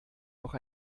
noch